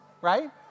right